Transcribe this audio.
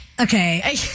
Okay